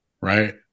right